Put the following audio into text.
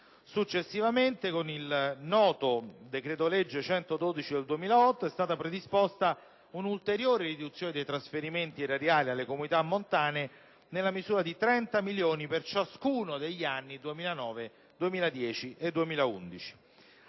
Successivamente, con il noto decreto legge n. 112 del 2008, è stata predisposta un'ulteriore riduzione dei trasferimenti erariali alle comunità montane, nella misura di 30 milioni per ciascuno degli anni 2009, 2010 e 2011.